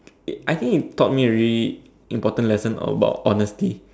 it I think it taught me a really important lesson about honesty